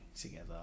together